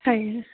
हायो